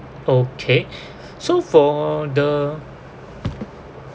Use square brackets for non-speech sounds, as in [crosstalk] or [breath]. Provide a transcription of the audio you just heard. okay [breath] so for the